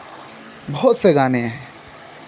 बहुत से गाने हैं